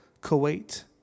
Kuwait